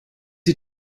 die